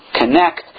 connect